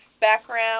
background